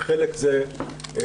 וחלק זה תוספתי.